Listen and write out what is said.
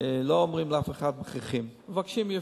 לא אומרים לאף אחד, מכריחים, מבקשים יפה.